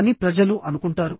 అని ప్రజలు అనుకుంటారు